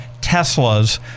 Teslas